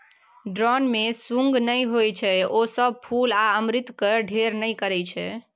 drone मे सुंग नहि होइ छै ओ सब फुल आ अमृतक ढेर नहि करय छै